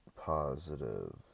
positive